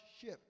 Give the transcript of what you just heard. ship